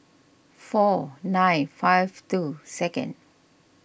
four nine five two second